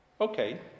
Okay